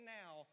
now